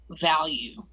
value